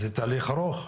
זה תהליך ארוך,